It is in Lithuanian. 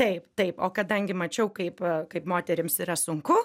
taip taip o kadangi mačiau kaip kaip moterims yra sunku